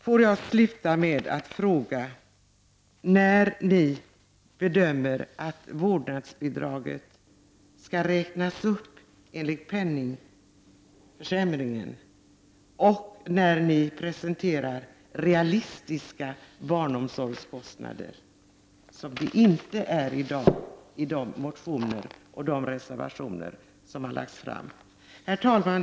Får jag sluta med att fråga när ni bedömer att vårdnadsbidraget skall räknas upp på grund av penningvärdeförsämringen och när ni tänker presentera realistiska barnomsorgskostnader, vilket det inte är i dag i de motioner och de reservationer som har lagts fram. Herr talman!